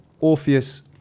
Orpheus